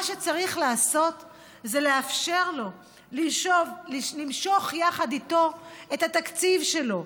מה שצריך לעשות זה לאפשר לו למשוך יחד איתו את התקציב שלו,